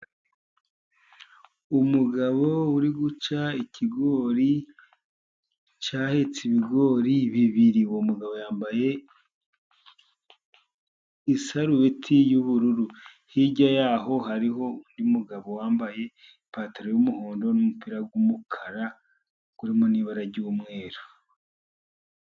Umugabo uri guca ikigori cyahetse ibigori bibiri ,uwo mugabo yambaye isarubeti y'ubururu ,hirya yaho hariho undi mugabo wambaye ipantaro y'umuhondo, n'umupira w'umukara urimo n'ibara ry'umweru.